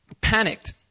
panicked